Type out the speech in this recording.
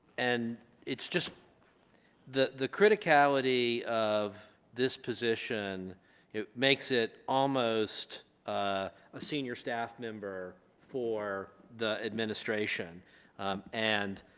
and it's just the the criticality of this position it makes it almost a senior staff member for the administration and